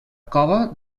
cova